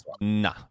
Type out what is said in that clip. Nah